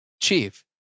Chief